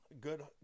good